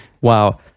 Wow